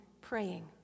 praying